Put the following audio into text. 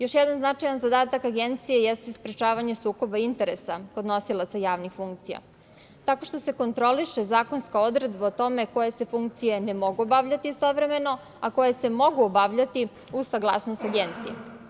Još jedan značajan zadatak Agencije jeste sprečavanje sukoba interesa kod nosilaca javnih funkcija tako što se kontroliše zakonska odredba o tome koje se funkcije ne mogu obavljati istovremeno, a koje se mogu obavljati uz saglasnost Agencije.